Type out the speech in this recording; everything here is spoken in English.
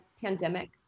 pandemic